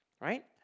Right